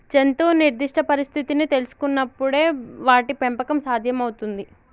జంతువు నిర్దిష్ట పరిస్థితిని తెల్సుకునపుడే వాటి పెంపకం సాధ్యం అవుతుంది